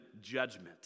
judgment